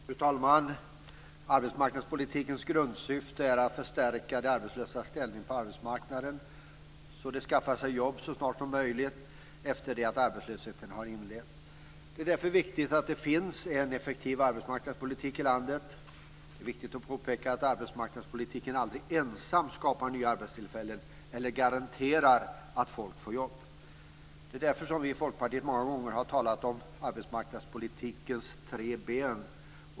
Fru talman! Arbetsmarknadspolitikens grundsyfte är att förstärka de arbetslösas ställning på arbetsmarknaden för att de ska kunna skaffa sig jobb så snart som möjligt efter det att arbetslösheten har inletts. Därför är det viktigt att det finns en effektiv arbetsmarknadspolitik i landet. Det är viktigt att påpeka att arbetsmarknadspolitiken aldrig ensam skapar nya arbetstillfällen eller garanterar att folk får jobb. Det är därför som vi i Folkpartiet många gånger har talat om arbetsmarknadspolitikens tre ben.